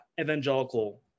evangelical